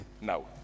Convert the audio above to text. now